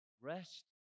Rest